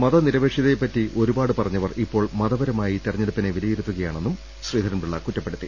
മതനിരപേക്ഷതയെപ്പറ്റി ഒരുപാട് പറഞ്ഞവർ ഇപ്പോൾ മതപരമായി തെരഞ്ഞെടുപ്പിനെ വിലയിരുത്തുകയാ ണെന്നും ശ്രീധരൻപിള്ള കുറ്റപ്പെടുത്തി